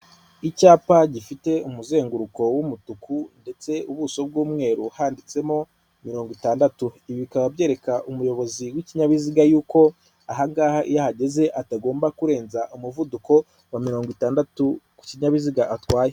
Icyapa gifite umuzenguruko w'umutuku ndetse ubuso bw'umweru, handitsemo mirongo itandatu. Ibi bikaba byereka umuyobozi w'ikinyabiziga yuko aha ngaha iyo ahageze atagomba kurenza umuvuduko wa mirongo itandatu ku kinyabiziga atwaye.